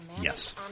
Yes